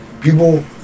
People